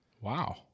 Wow